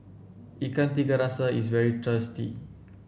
Ikan Tiga Rasa is very tasty